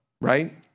right